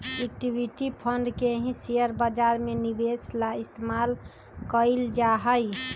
equity fund के ही share बाजार में निवेश ला इस्तेमाल कइल जाहई